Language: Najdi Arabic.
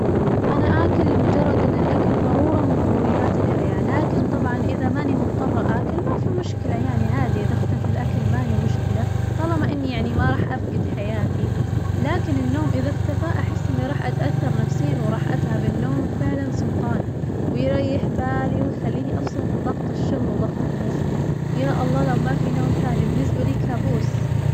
أنا آكل لمجرد إن الأكل ظرورة من ظروريات الحياة، لكن طبعاً إذا ماني مضطرة آكل ما في مشكلة يعني عادي إذا اختفى الأكل ما هي مشكلة، طالما إني يعني ما راح أفقد حياتي لكن النوم إذا اختفى أحس إني راح أتأثر نفسياً وراح أتعب، النوم فعلاً سلطان ويريح بالي ويخليني أفصل من ظغط الشغل وظغط االناس، يا الله لو ما في نوم ثاني بالنسبة لي كابوس.